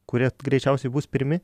kurie greičiausiai bus pirmi